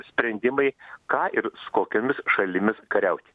sprendimai ką ir su kokiomis šalimis kariauti